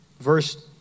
Verse